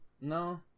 No